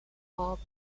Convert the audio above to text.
pope